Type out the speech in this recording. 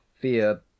fear